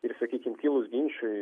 ir sakykim kilus ginčui